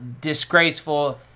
disgraceful